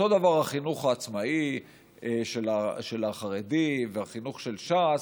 אותו דבר החינוך העצמאי של החרדים והחינוך של ש"ס,